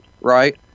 right